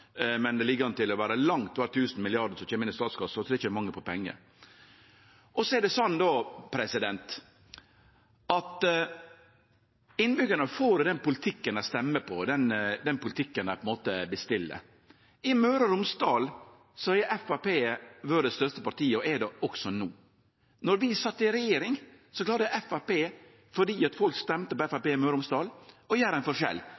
men det ligg an til å verte langt innpå 1 000 mrd. kr som kjem inn i statskassa, så det er ikkje mangel på pengar. Så er det slik at innbyggjarane får den politikken dei stemmer for, den politikken dei på ein måte bestiller. I Møre og Romsdal har Framstegspartiet vore det største partiet, og er det også no. Då vi sat i regjering, klarte Framstegspartiet – fordi folk stemte på Framstegspartiet i Møre og Romsdal – å gjere ein